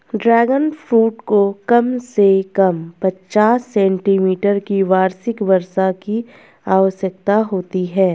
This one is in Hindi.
ड्रैगन फ्रूट को कम से कम पचास सेंटीमीटर की वार्षिक वर्षा की आवश्यकता होती है